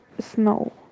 snow